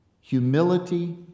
humility